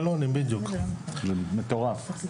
מטורף.